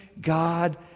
God